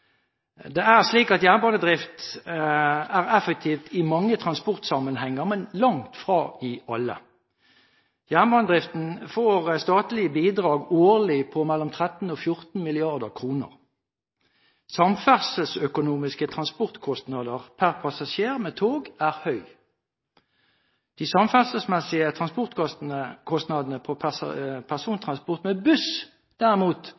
Det er slik at jernbanedrift er effektiv i mange transportsammenhenger, men langt fra i alle. Jernbanedriften får statlige bidrag årlig på mellom 13 mrd. og 14 mrd. kr. Samferdselsmessige transportkostnader per passasjer med tog er høy. De samferdselsmessige transportkostnadene ved persontransport med buss derimot